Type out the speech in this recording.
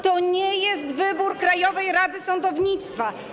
To nie jest wybór Krajowej Rady Sądownictwa.